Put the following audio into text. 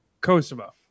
Kosovo